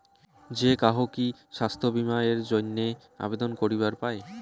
যে কাহো কি স্বাস্থ্য বীমা এর জইন্যে আবেদন করিবার পায়?